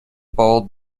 bold